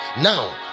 Now